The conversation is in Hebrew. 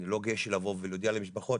אני לא גאה לבוא ולהודיע למשפחות,